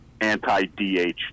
anti-DH